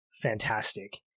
fantastic